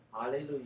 Hallelujah